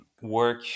work